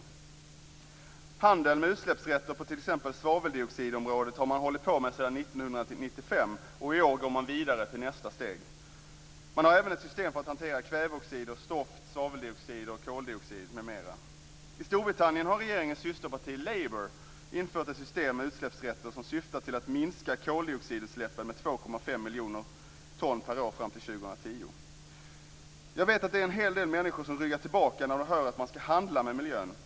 Man har hållit på med handel med utsläppsrätter på t.ex. svaveldioxidområdet sedan 1995, och i år går man vidare till nästa steg. Man har även ett system för att hantera kväveoxider, stoft, svaveldioxid, koldioxid m.m. I Storbritannien har regeringens systerparti, Labour, infört ett system med utsläppsrätter som syftar till att minska koldioxidutsläppen med 2,5 miljoner ton per år fram till år 2010. Jag vet att det är en hel del människor som har ryggat tillbaka när de hör att man ska "handla" med miljön.